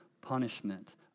punishment